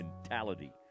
mentality